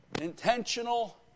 intentional